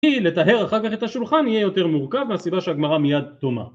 כי לטהר אחר כך את השולחן יהיה יותר מורכב מהסיבה שהגמרא מיד תומר